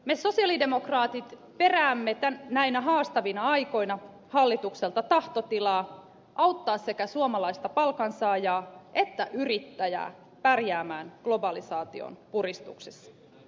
me sosialidemokraatit peräämme näinä haastavina aikoina hallitukselta tahtotilaa auttaa sekä suomalaista palkansaajaa että yrittäjää pärjäämään globalisaation puristuksissa